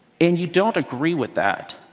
and you don't agree with that,